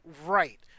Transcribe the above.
right